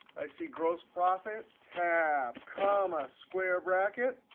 i see gross profit, tab, comma, square bracket.